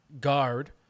guard